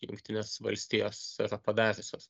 jungtinės valstijos yra padariusios